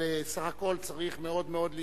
אבל סך הכול צריך מאוד מאוד להיזהר.